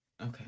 Okay